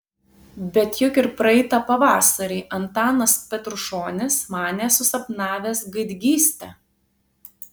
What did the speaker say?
bet juk ir praeitą pavasarį antanas petrušonis manė susapnavęs gaidgystę